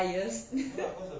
bias